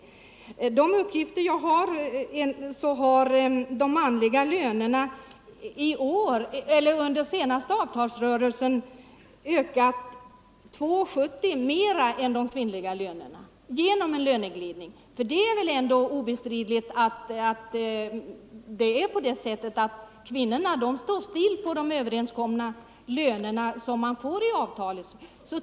Enligt de uppgifter jag fått har de manliga lönerna under den senaste avtalsperioden enbart genom löneglidning ökat med 2:70 kronor mer än de kvinnliga lönerna. Det är väl ändå obestridligt att kvinnorna står still på de löner som de får i avtalet.